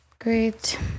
great